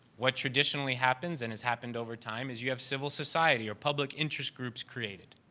what traditionally happens and has happened over time is you have civil society or public interest groups created.